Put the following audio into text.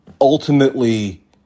ultimately